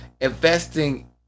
investing